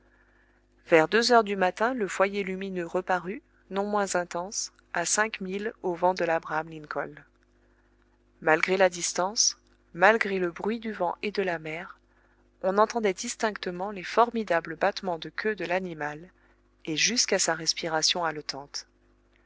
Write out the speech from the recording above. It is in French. vers deux heures du matin le foyer lumineux reparut non moins intense à cinq milles au vent de labraham lincoln malgré la distance malgré le bruit du vent et de la mer on entendait distinctement les formidables battements de queue de l'animal et jusqu'à sa respiration